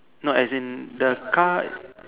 no as in the car